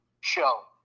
show